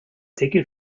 taken